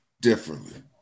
differently